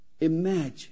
Imagine